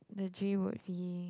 the dream would be